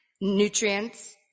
nutrients